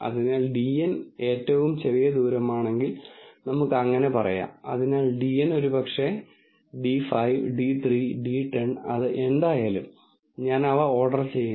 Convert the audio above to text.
അതിനാൽ dn ഏറ്റവും ചെറിയ ദൂരമാണെങ്കിൽ നമുക്ക് അങ്ങനെ പറയാം അതിനാൽ dn ഒരുപക്ഷേ d 5 d 3 d 10 അത് എന്തായാലും ഞാൻ അവ ഓർഡർ ചെയ്യുന്നു